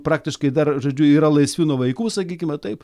praktiškai dar žodžiu yra laisvi nuo vaikų sakykime taip